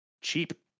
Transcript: Cheap